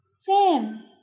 Sam